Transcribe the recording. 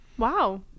Wow